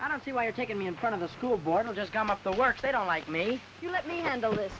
i don't see why you're taking me in front of the school board and just gum up the works they don't like me you let me handle